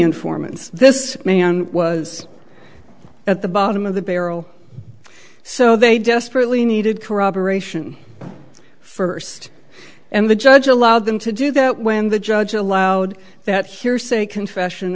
informants this man was at the bottom of the barrel so they desperately needed corroboration first and the judge allowed them to do that when the judge allowed that hearsay confession